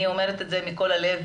אני אומרת את זה מכל הלב,